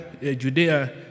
Judea